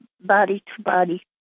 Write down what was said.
body-to-body